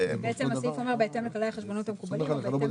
בעצם הסעיף אומר" "בהתאם לכללי החשבונאות הכללים ובהתאם